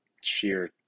sheer